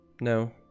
No